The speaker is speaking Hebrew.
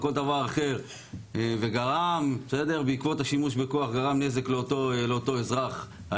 כל דבר אחר וגרם בעקבות השימוש בכוח לנזק לאותו אזרח,